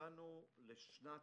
יצאנו לשנת